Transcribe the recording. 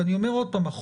אני אומר עוד פעם,